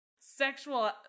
sexual